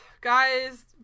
guys